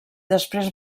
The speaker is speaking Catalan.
després